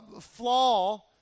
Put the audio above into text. flaw